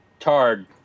Tard